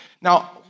Now